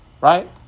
right